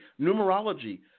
numerology